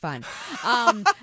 fun